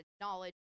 knowledge